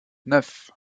neuf